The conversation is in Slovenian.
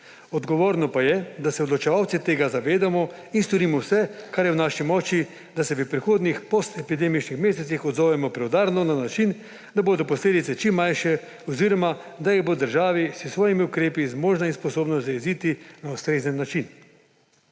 odgovorno pa je, da se odločevalci tega zavedamo in storimo vse, kar je v naši močni, da se v prihodnjih postepidemičnih mesecih odzovemo preudarno na način, da bodo posledice čim manjše oziroma da jih bo država s svojimi ukrepi zmožna in sposobna zajeziti na ustrezen način.